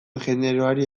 generoari